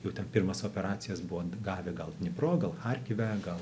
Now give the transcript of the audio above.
jau ten pirmas operacijas buvo gavę gal dnipro gal charkive